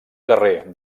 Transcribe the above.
carrer